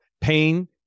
pain